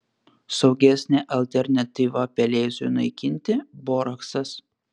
saugesnė alternatyva pelėsiui naikinti boraksas